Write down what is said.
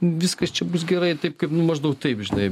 viskas čia bus gerai taip kaip maždaug taip žinai